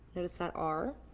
notice that r,